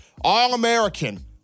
All-American